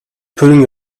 putting